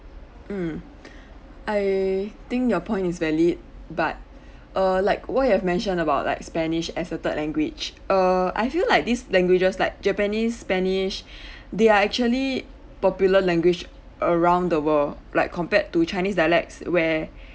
mm I think your point is valid but err like what you have mentioned about like spanish as a third language err I feel like these languages like japanese spanish they are actually popular language around the world like compared to chinese dialects where